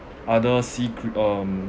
other sea crea~ um